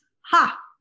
ha